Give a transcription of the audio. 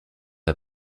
her